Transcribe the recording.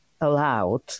allowed